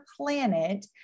planet